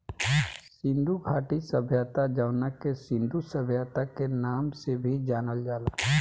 सिंधु घाटी सभ्यता जवना के सिंधु सभ्यता के नाम से भी जानल जाला